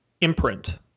imprint